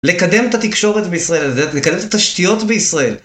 לקדם את התקשורת בישראל, לקדם את התשתיות בישראל.